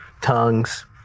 tongues